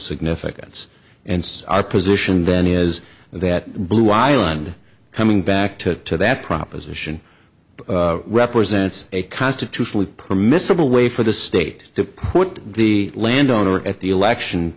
significance and so our position then is that blue island coming back to that proposition represents a constitutionally permissible way for the state to put the landowner at the election